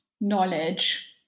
knowledge